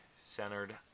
centered